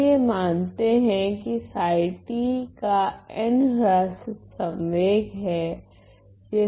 चलिए मानते है कि का n ह्र्सीत संवेग हैं